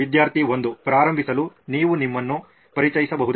ವಿದ್ಯಾರ್ಥಿ 1 ಪ್ರಾರಂಭಿಸಲು ನೀವು ನಿಮ್ಮನ್ನು ಪರಿಚಯಿಸಬಹುದೇ